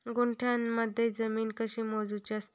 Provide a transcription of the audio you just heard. गुंठयामध्ये जमीन कशी मोजूची असता?